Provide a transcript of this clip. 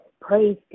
praise